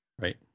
Right